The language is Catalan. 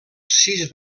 sis